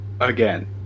Again